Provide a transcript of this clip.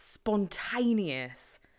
spontaneous